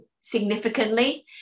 significantly